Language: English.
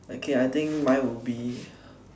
okay I think mine would be